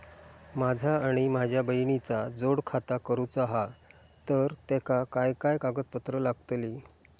माझा आणि माझ्या बहिणीचा जोड खाता करूचा हा तर तेका काय काय कागदपत्र लागतली?